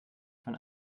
von